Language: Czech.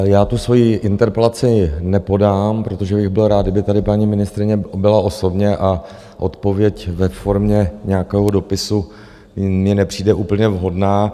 Já svoji interpelaci nepodám, protože bych byl rád, kdyby tady paní ministryně byla osobně, a odpověď ve formě nějakého dopisu mně nepřijde úplně vhodná.